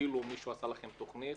אפילו אם מישהו עשה לכם תוכנית,